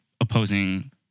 opposing